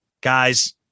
Guys